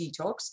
detox